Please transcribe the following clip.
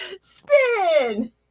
Spin